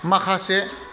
माखासे